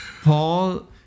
Paul